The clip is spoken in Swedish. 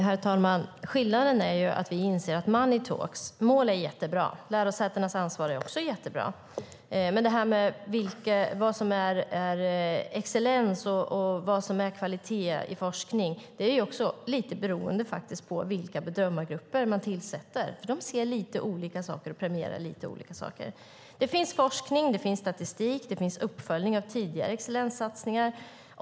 Herr talman! Skillnaden är att vi inser att money talks. Mål är jättebra. Lärosätenas ansvar är också bra. Men vad som är excellens och kvalitet i forskning är lite beroende på vilka bedömargrupper man tillsätter. De ser lite olika saker och premierar lite olika saker. Det finns forskning, statistik och uppföljning av tidigare excellenssatsningar.